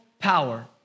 power